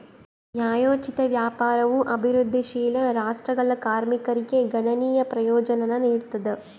ನ್ಯಾಯೋಚಿತ ವ್ಯಾಪಾರವು ಅಭಿವೃದ್ಧಿಶೀಲ ರಾಷ್ಟ್ರಗಳ ಕಾರ್ಮಿಕರಿಗೆ ಗಣನೀಯ ಪ್ರಯೋಜನಾನ ನೀಡ್ತದ